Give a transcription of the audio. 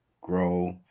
grow